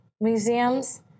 museums